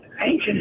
ancient